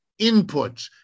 inputs